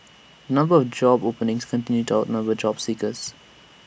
number of job openings continued to outnumber job seekers